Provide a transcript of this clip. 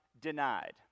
denied